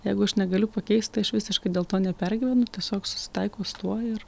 jeigu aš negaliu pakeisti aš visiškai dėl to nepergyvenu tiesiog susitaikau su tuo ir